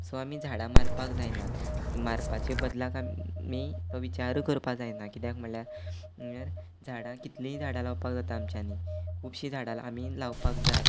so आमी झाडां मारपाक जायनात मारपाचे बदलाक आमी तो विचारूं करपा जायना किद्याक म्हळ्ळ्या अर झाडां कितलींय झाडां लावपाक जाता आमच्यांनी खुबशीं झाडां ला आमी लावपाक जाय